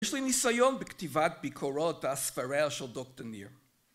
יש לי ניסיון בכתיבת ביקורות על ספריה של דוקטור ניר